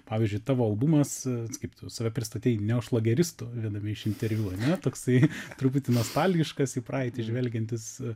pavyzdžiui tavo albumas kaip tu save pristatei neošlageristu viename iš interviu ane toksai truputį nostalgiškas į praeitį žvelgiantis